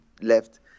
left